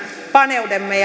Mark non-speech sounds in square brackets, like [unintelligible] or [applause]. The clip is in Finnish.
paneudumme [unintelligible]